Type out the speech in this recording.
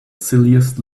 silliest